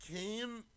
came